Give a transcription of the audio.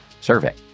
survey